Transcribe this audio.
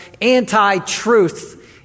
anti-truth